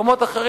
במקומות אחרים,